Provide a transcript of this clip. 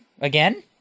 again